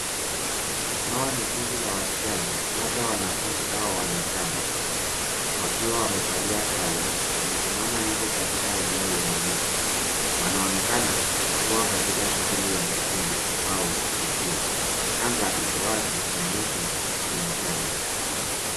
Hawa ni kundi la wasichana labda wanafunzi au wanachama wakiwa wamevalia sare. Wamesimama nje katika eneo lenye miti. Wanaonekana kuwa katika shughuli ya kikundi au tukio. Anga iko wazi kuonyesha ni mchana.